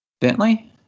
Bentley